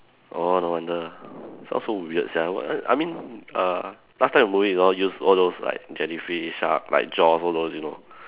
oh no wonder sound so weird sia but then I mean err last time the movie all used all those like jellyfish sharks like jaws all those you know